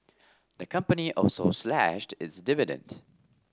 the company also slashed its dividend